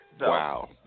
Wow